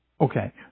Okay